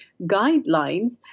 guidelines